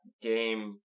game